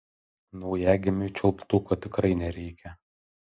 naujagimiui čiulptuko tikrai nereikia